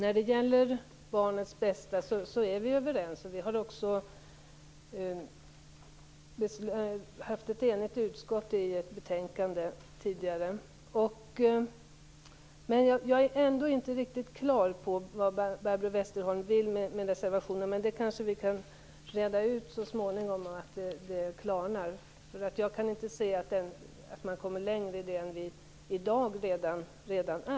Fru talman! Vi är överens om betydelsen av att se till barnets bästa, och ett enigt utskott har också tidigare uttryckt detta i ett betänkande. Jag är ändå inte riktigt på det klara med vad Barbro Westerholm vill med reservationen, men det kanske vi kan reda ut så småningom. Jag kan nämligen inte se att man utifrån det som sägs i reservationen skulle komma längre än dit där vi i dag redan befinner oss.